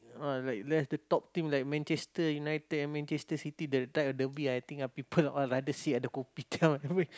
ah like left the top team like Manchester-United and Manchester-City that type I think people all rather sit at the Kopitiam and wait